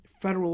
federal